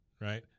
right